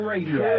Radio